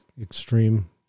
extreme